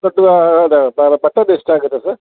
ಎಷ್ಟು ಆಗುತ್ತೆ ಸರ್